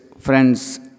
friends